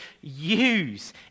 use